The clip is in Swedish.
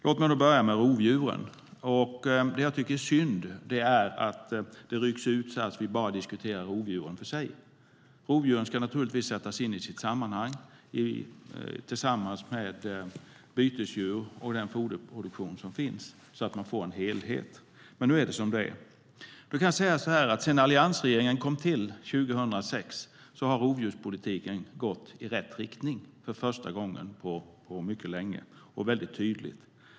Låt mig börja med rovdjuren. Det är synd att det rycks ut så att vi diskuterar rovdjuren för sig. Rovdjuren ska givetvis sättas in i sitt sammanhang tillsammans med bytesdjur och den foderproduktion som finna så att man får en helhet. Men nu är det som det är. Sedan alliansregeringen kom till makten 2006 har rovdjurspolitiken gått i rätt riktning för första gången på mycket länge.